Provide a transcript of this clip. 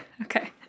Okay